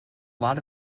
lot